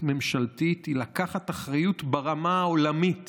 ממשלתית הוא לקחת אחריות ברמה העולמית